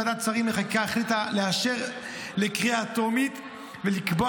ועדת השרים החליטה לאשר לקריאה טרומית ולקבוע